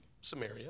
Samaria